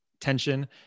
tension